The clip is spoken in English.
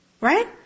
Right